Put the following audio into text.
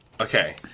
Okay